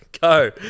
Go